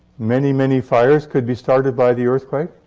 many, many fires could be started by the earthquake.